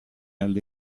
alle